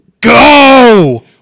go